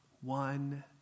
one